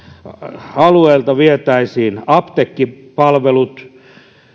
alueilta vietäisiin apteekkipalvelut